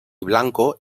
blanco